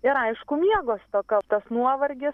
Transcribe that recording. ir aišku miego stoka tas nuovargis